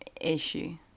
issue